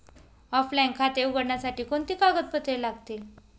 Offline खाते उघडण्यासाठी कोणती कागदपत्रे लागतील?